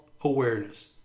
awareness